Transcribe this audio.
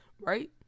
right